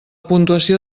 puntuació